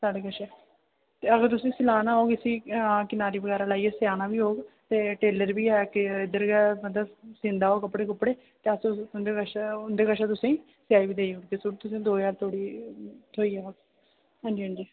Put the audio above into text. सारा किश ते अगर तुसें सिलाना होग इसी किनारी बगैरा लाइयै सेयाना होग ते टेलर बी हे कि इद्धर गै मतलब सीन्दा ओह् कपड़े कुपड़े ते अस उं'दे कशा उं'दे कशा तुसेंगी सेयाई देई ओड़गे ते सूट तुसेंगी दो ज्हार धोड़ी थ्होई जाना हां जी हां जी